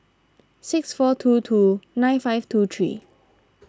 six four two two nine five two three